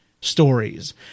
stories